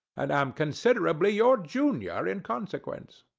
and am considerably your junior in consequence.